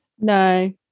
No